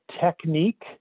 technique